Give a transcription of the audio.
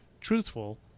truthful